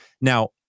Now